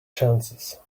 chances